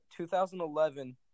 2011